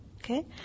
Okay